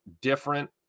different